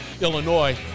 Illinois